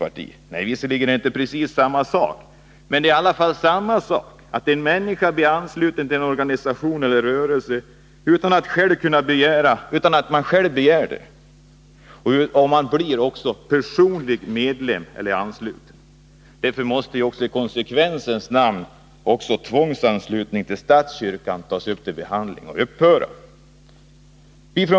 Nej, det är visserligen inte precis samma sak, men det är i båda fallen fråga om att en människa blir ansluten till en organisation eller en rörelse utan att själv begära detta. Man blir också personlig medlem eller personligt ansluten. Därför måste i konsekvensens namn också tvångsanslutningen till statskyrkan tas upp till behandling och upphöra.